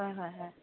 হয় হয় হয়